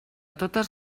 totes